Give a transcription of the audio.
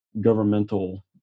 governmental